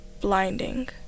blinding